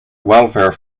welfare